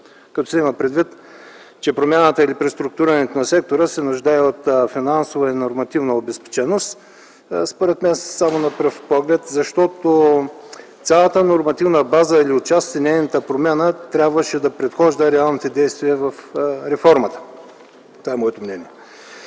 като се има предвид, че промяната или преструктурирането на сектора се нуждае от финансова и нормативна обезпеченост. Според мен, това е само на пръв поглед, защото промяната на нормативна база - цялата или отчасти, трябваше да предхожда реалните действия във реформата. Това е моето мнение.